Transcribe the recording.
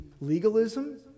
legalism